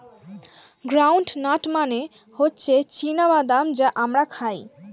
ground nut মানে হচ্ছে চীনা বাদাম যা আমরা খাই